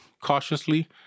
cautiously